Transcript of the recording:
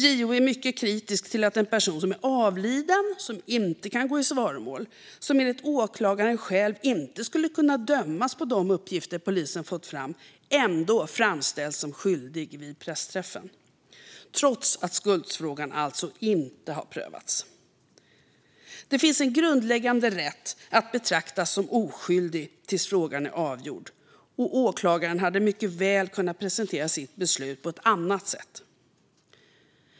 JO är mycket kritisk till att en person som är avliden, som inte kan gå i svaromål och som enligt åklagaren själv inte skulle kunna dömas på de uppgifter polisen fått fram ändå framställs som skyldig vid pressträffen, trots att skuldfrågan alltså inte prövats. Det finns en grundläggande rätt att betraktas som oskyldig tills frågan är avgjord. Åklagaren hade mycket väl kunnat presentera sitt beslut på ett annat sätt.